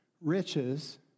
riches